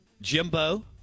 Jimbo